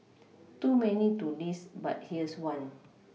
too many too list but here's one